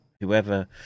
whoever